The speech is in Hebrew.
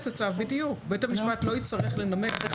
בית המשפט לא יצטרך לנמק.